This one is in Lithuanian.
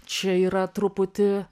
čia yra truputį